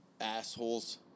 Assholes